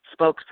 spokesperson